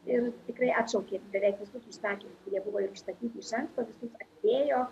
ir tikrai atšaukė beveik visus užsakymus jie buvo jau užsakyti iš anksto visus atidėjo